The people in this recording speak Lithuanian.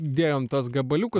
dėjom tuos gabaliukus